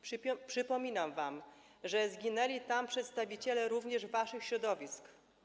Przypominam wam, że zginęli tam przedstawiciele również waszych środowisk.